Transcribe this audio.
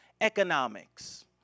economics